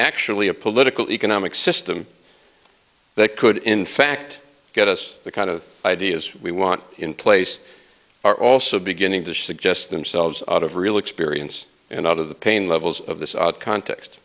actually a political economic system that could in fact get us the kind of ideas we want in place are also beginning to suggest themselves out of real experience and out of the pain levels of this context